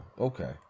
Okay